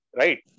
right